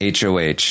HOH